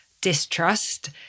distrust